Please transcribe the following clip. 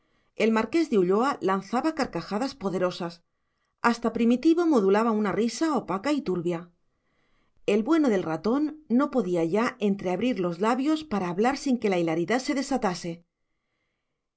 el marqués de ulloa lanzaba carcajadas poderosas hasta primitivo modulaba una risa opaca y turbia el bueno del ratón no podía ya entreabrir los labios para hablar sin que la hilaridad se desatase